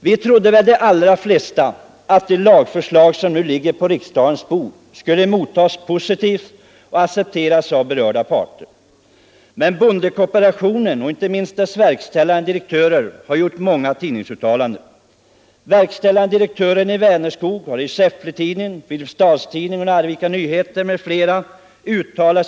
De allra flesta av oss trodde väl att det lagförslag som nu ligger på riksdagens bord skulle mottas positivt och accepteras av de berörda parterna. Men bondekooperationen och inte minst dess verkställande direktörer har gjort en del tidningsuttalanden. Verkställande direktören i Vänerskog har uttalat sig bl.a. i Säffle-Tidningen, Filipstadstidningen och Arvika Nyheter.